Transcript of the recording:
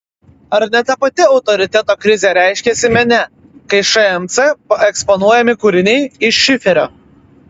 ar ne ta pati autoriteto krizė reiškiasi mene kai šmc eksponuojami kūriniai iš šiferio